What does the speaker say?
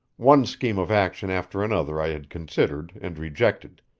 one scheme of action after another i had considered and rejected,